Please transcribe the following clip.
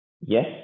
yes